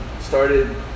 started